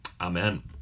Amen